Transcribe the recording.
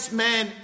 man